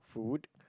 food